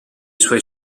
suoi